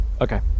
Okay